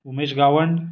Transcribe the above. Umesh Gawand